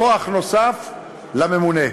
כוח נוסף לממונה.